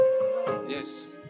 Yes